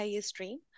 stream